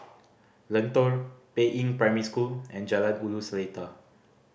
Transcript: Lentor Peiying Primary School and Jalan Ulu Seletar